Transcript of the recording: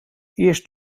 eerst